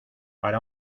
para